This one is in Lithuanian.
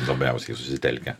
labiausiai susitelkę